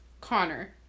connor